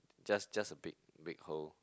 just just a big big hole